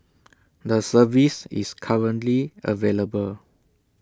the service is currently available